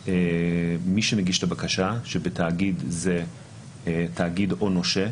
מי שמגיש את הבקשה שבתאגיד זה תאגיד או נושה,